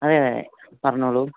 അതെ അതെ പറഞ്ഞോളു